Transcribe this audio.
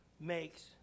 makes